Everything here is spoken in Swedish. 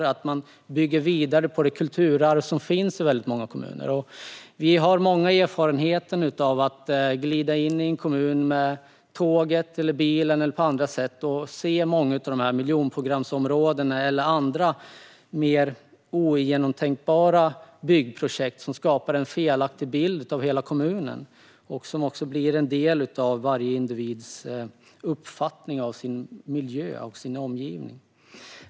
Det kan göras genom att man bygger vidare på det kulturarv som finns i många kommuner. Många av oss har erfarenheten av att glida in i en kommun med tåget eller bilen eller på andra sätt och se miljonprogramsområden eller andra mer ogenomtänkta byggprojekt som skapar en felaktig bild av hela kommunen. Det blir även en del av varje individs uppfattning om sin miljö och sin omgivning.